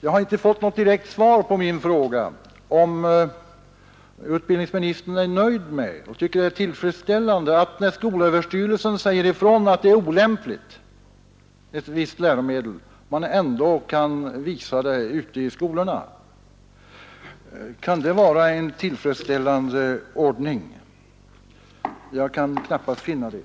Jag har inte fått något direkt svar på min fråga huruvida utbildningsministern är nöjd med och tycker att det är tillfredsställande att, när skolöverstyrelsen säger ifrån att ett visst läromedel är olämpligt, man ändå kan visa det ute i skolorna. Kan det vara en tillfredsställande ordning? Jag kan inte finna det.